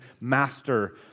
Master